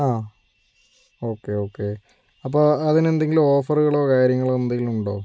ആ okay okay അപ്പോൾ അതിനെന്തെങ്കിലും ഓഫറുകളോ കാര്യങ്ങളോ എന്തെങ്കിലും ഉണ്ടോ